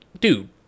dude